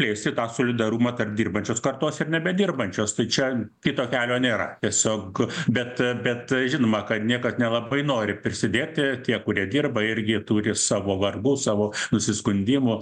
plėsti tą solidarumą tarp dirbančios kartos ir nebedirbančios stai čia kito kelio nėra tiesiog bet bet žinoma kad niekas nelabai nori prisidėti tie kurie dirba irgi turi savo vargų savo nusiskundimų